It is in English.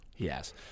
Yes